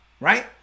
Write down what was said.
right